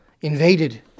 invaded